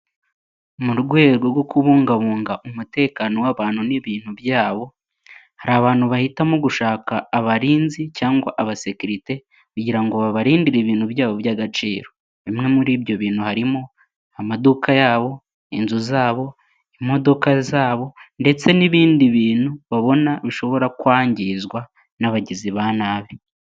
Mu rwego rwo kubungabunga umutekano w'abantu n'ibintu byabo hari abantu bahitamo gushaka abarinzi cyangwa abasekirite kugira ngo babarindire ibintu byabo by'agaciro bimwe muri ibyo bintu harimo amaduka yabo inzu zabo imodoka zabo ndetse n'ibindi bintu babona bishobora kwangizwa n'abagizi ba nabi.